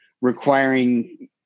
requiring –